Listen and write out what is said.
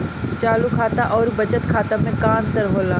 चालू खाता अउर बचत खाता मे का अंतर होला?